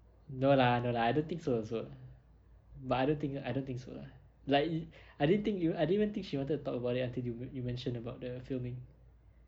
no lah no lah I don't think so also lah but I don't think I don't think so lah like yo~ I didn't think you I didn't even think she wanted to talk about it until you you mentioned about the filming